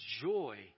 joy